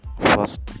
first